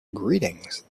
greetings